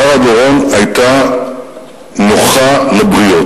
שרה דורון היתה נוחה לבריות.